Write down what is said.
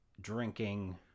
drinking